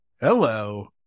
Hello